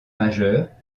majeurs